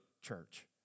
church